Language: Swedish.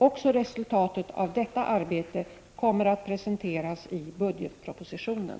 Också resultatet av detta arbete kommer att presenteras i budgetpropositionen.